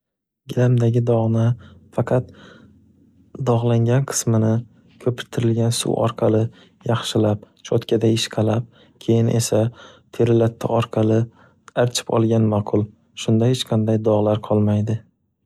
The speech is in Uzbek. Gilamdagi dog'ni faqat dog'langan qismini ko'pirtirilgan suv orqali yaxshilab, shotkada ishqalab, keyin esa teri latta orqali archib olgan maʼqul. Shunda hech qanday dog'lar qolmaydi.